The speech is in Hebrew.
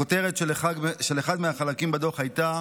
הכותרת של אחד מהחלקים בדוח הייתה: